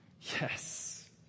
Yes